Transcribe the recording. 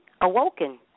awoken